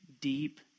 deep